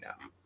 now